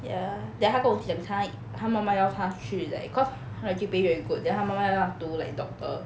ya then 他跟我讲他妈妈要他去 like cause 他的 G_P_A very good then 他妈妈要他读 like doctor